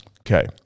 okay